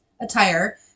attire